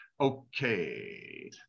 Okay